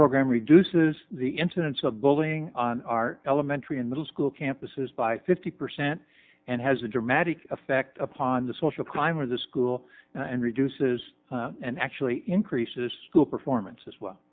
program reduces the incidence of bullying on our elementary and middle school campuses by fifty percent and has a dramatic effect upon the social climber of the school and reduces and actually increases the performance as well